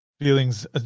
feelings